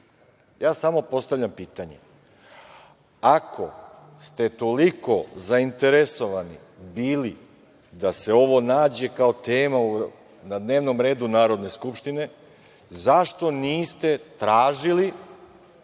Ja samo postavljam pitanje ako ste toliko zainteresovani bili da se ovo nađe kao tema na dnevnom redu Narodne skupštine, zašto niste tražili